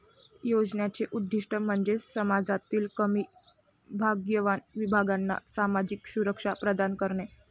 योजनांचे उद्दीष्ट म्हणजे समाजातील कमी भाग्यवान विभागांना सामाजिक सुरक्षा प्रदान करणे